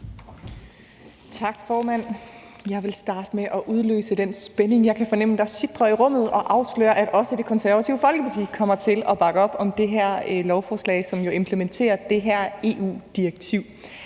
Tak, formand. Jeg vil starte med at udløse den spænding, jeg kan fornemme sitrer i rummet, og afsløre, at også Det Konservative Folkeparti kommer til at bakke op om lovforslaget her, som jo implementerer det her EU-direktiv.